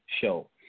show